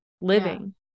living